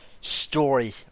story